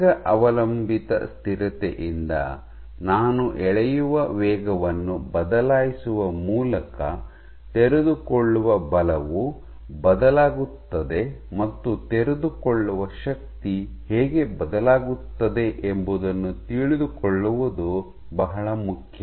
ವೇಗ ಅವಲಂಬಿತ ಸ್ಥಿರತೆಯಿಂದ ನಾನು ಎಳೆಯುವ ವೇಗವನ್ನು ಬದಲಾಯಿಸುವ ಮೂಲಕ ತೆರೆದುಕೊಳ್ಳುವ ಬಲವು ಬದಲಾಗುತ್ತದೆ ಮತ್ತು ತೆರೆದುಕೊಳ್ಳುವ ಶಕ್ತಿ ಹೇಗೆ ಬದಲಾಗುತ್ತದೆ ಎಂಬುದನ್ನು ತಿಳಿದುಕೊಳ್ಳುವುದು ಬಹಳ ಮುಖ್ಯ